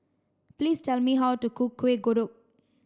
please tell me how to cook Kuih Kodok